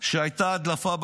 שהייתה הדלפה,